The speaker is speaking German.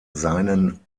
seinen